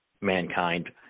mankind